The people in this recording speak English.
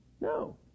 no